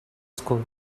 school